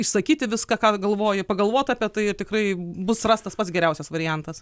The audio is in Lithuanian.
išsakyti viską ką galvoji pagalvot apie tai ir tikrai bus rastas pats geriausias variantas